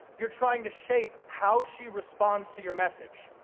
you're trying to shape how she responds to your message.